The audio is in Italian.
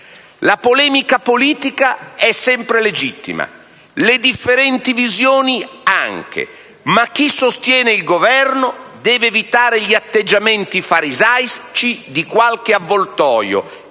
La polemica politica è sempre legittima, le differenti visioni anche, ma chi sostiene il Governo deve evitare gli atteggiamenti farisaici di qualche avvoltoio